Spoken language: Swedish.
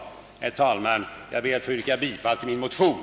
Herr talman! Jag ber att få yrka bifall till min motion.